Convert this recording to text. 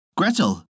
Gretel